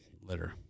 litter